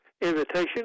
invitation